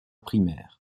primaire